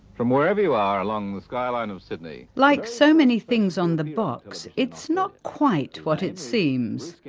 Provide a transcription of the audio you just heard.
from wherever you are along the skyline of sydney. like so many things on the box, it's not quite what it seems.